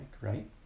right